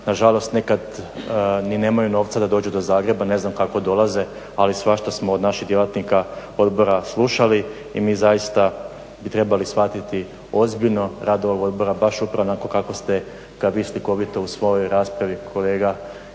Nažalost nekad ni nemaju novca da dođu do Zagreba, ne znam kako dolaze, ali svašta smo od naših djelatnika odbora slušali i mi bi zaista trebali ozbiljno shvatiti rad ovog odbora baš upravo onako kako ste ga vi slikovito u svojoj raspravi kolega